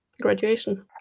graduation